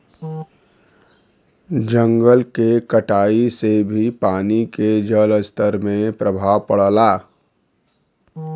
जंगल के कटाई से भी पानी के जलस्तर में प्रभाव पड़ला